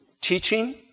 teaching